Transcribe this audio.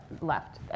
left